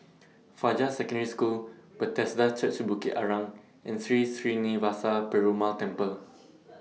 Fajar Secondary School Bethesda Church Bukit Arang and Sri Srinivasa Perumal Temple